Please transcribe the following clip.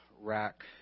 rack